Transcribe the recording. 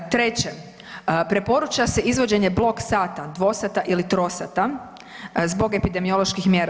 Treće, preporuča se izvođenje blok sata, dvosata ili trosata zbog epidemioloških mjera.